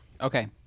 Okay